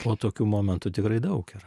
o tokių momentų tikrai daug yra